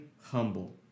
humble